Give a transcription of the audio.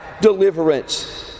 deliverance